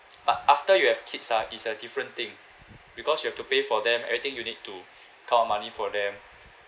but after you have kids ah it's a different thing because you have to pay for them everything you need to count money for them